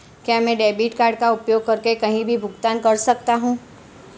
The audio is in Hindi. क्या मैं डेबिट कार्ड का उपयोग करके कहीं भी भुगतान कर सकता हूं?